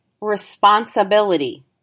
responsibility